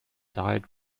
died